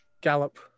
gallop